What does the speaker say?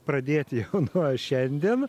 pradėti jau nuo šiandien